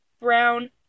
brown